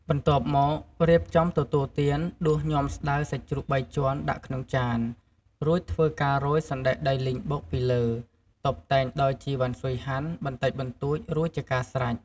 បន្ទាប់មករៀបចំទទួលទានដួសញាំស្តៅសាច់ជ្រូកបីជាន់ដាក់ក្នុងចាន រួចធ្វើការរោយ សណ្ដែកដីលីងបុក ពីលើ តុបតែងដោយ ជីរវ៉ាន់ស៊ុយហាន់ បន្តិចបន្តួចរួចជាការស្រេច។